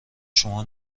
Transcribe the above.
شما